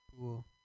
cool